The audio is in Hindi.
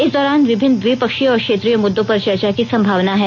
इस दौरान विभिन्न द्विपक्षीय और क्षेत्रीय मुद्दों पर चर्चा की सम्भावना है